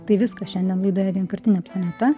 tai viskas šiandien laidoje vienkartinė planeta